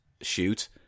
shoot